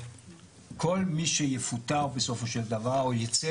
כל מי שיפוטר בסופו של דבר או ייצא